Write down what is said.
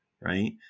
right